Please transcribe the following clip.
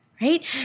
right